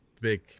big